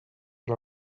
per